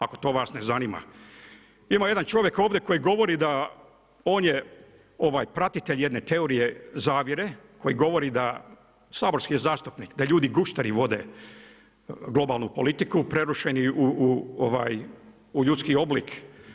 Ako to vas ne zanima, ima jedan čovjek ovdje koji govori da on je onaj pratitelj jedne teorije zavjere, koji govori da saborski zastupnik, da ljudi gušteri vode globalnu politiku, prerušeni u ljudski oblik.